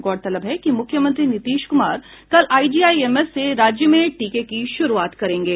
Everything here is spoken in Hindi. गौरतलब है कि मुख्यमंत्री नीतीश कुमार कल आईजीएमएस से राज्य में टीके की शुरूआत करेंगे